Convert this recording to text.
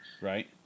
Right